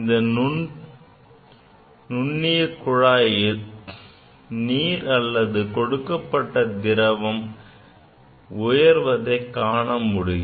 இந்த நுண்ணிய குழாயில் நீர் அல்லது கொடுக்கப்பட்ட திரவம் உயர்வதை காண முடியும்